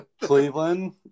Cleveland